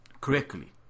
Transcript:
correctly